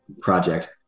project